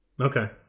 Okay